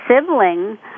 sibling